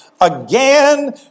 again